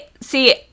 See